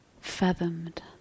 fathomed